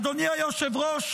אדוני היושב-ראש,